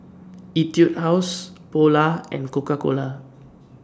Etude House Polar and Coca Cola